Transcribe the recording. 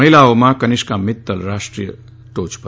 મહિલાઓમાં કનિષ્કા મિત્તલ રાષ્ટ્રીય ટોપર છે